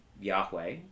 Yahweh